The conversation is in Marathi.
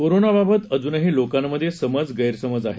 कोरोना बाबत जुनही लोकांमधे समज गैरसमज आहेत